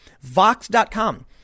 Vox.com